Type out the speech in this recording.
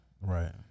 Right